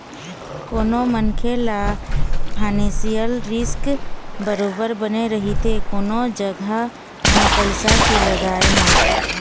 कोनो मनखे ल फानेसियल रिस्क बरोबर बने रहिथे कोनो जघा म पइसा के लगाय म